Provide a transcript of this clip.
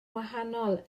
wahanol